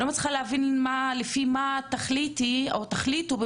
אני לא מצליחה להבין לפי מה תחליטו במשרד